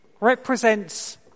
represents